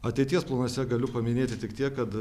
ateities planuose galiu paminėti tik tiek kad